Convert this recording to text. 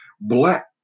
black